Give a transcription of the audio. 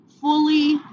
Fully